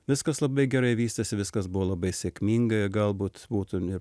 viskas labai gerai vystėsi viskas buvo labai sėkmingai galbūt būtum ir